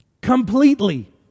Completely